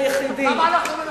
היחידי.